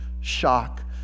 shock